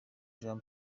jean